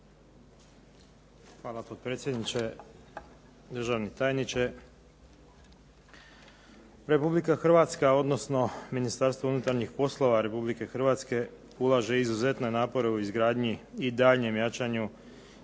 Hvala potpredsjedniče, državni tajniče. Republika Hrvatska, odnosno Ministarstvo unutarnjih poslova RH ulaže izuzetne napore u izgradnji i daljnjem jačanju